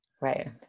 right